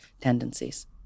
tendencies